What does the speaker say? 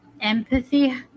empathy